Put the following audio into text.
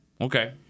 okay